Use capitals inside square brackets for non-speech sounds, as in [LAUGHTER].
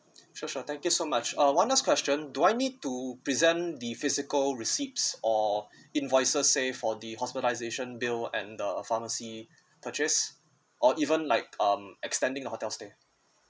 sure sure thank you so much uh one last question do I need to present the physical receipts or [BREATH] invoices say for the hospitalisation bill and the pharmacy purchase or even like um extending the hotel stay